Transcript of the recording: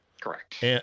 Correct